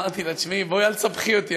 אמרתי לה: אל תסבכי אותי,